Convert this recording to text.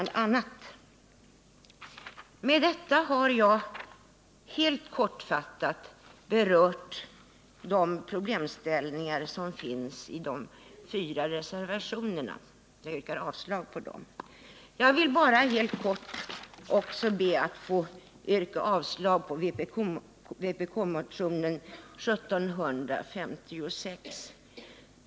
Med det anförda har jag helt kortfattat berört de problemställningar som berörs i de fyra reservationerna. Jag yrkar avslag på dem. Jag vill bara helt kort också be att få yrka avslag på vpk-motionen 1756.